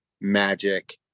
Magic